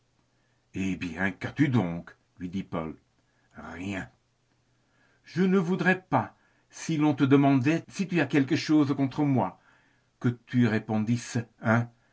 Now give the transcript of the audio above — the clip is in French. eh bien qu'as-tu donc lui dit paul rien je ne voudrais pas si l'on te demandait si tu as quelque chose contre moi que tu